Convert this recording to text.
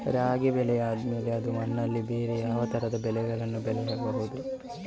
ರಾಗಿ ಬೆಳೆ ಆದ್ಮೇಲೆ ಅದೇ ಮಣ್ಣಲ್ಲಿ ಬೇರೆ ಯಾವ ತರದ ಬೆಳೆಗಳನ್ನು ಬೆಳೆಯಬಹುದು?